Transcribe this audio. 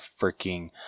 freaking